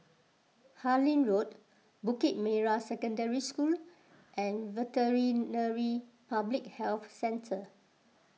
Harlyn Road Bukit Merah Secondary School and Veterinary Public Health Centre